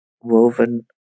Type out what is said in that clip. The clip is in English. woven